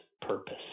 purpose